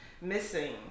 missing